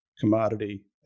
commodity